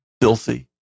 filthy